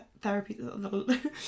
therapy